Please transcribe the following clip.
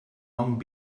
long